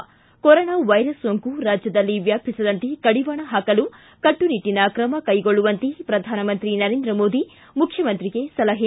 ಿ corona virus ಸೋಂಕು ರಾಜ್ಯದಲ್ಲಿ ವ್ಯಾಪಿಸದಂತೆ ಕಡಿವಾಣ ಹಾಕಲು ಕಟ್ಲುನಿಟ್ಟಿನ ಕ್ರಮ ಕೈಗೊಳ್ಳುವಂತೆ ಪ್ರಧಾನಮಂತ್ರಿ ನರೇಂದ್ರ ಮೋದಿ ಮುಖ್ಯಮಂತ್ರಿಗೆ ಸಲಹೆ